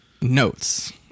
notes